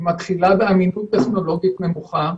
היא מתחילה באמינות טכנולוגית נמוכה.